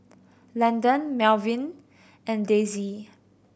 Landen Melvyn and Daisie